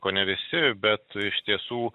kone visi bet iš tiesų